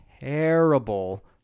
terrible